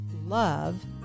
love